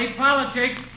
politics